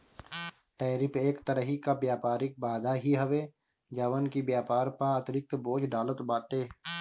tariff एक तरही कअ व्यापारिक बाधा ही हवे जवन की व्यापार पअ अतिरिक्त बोझ डालत बाटे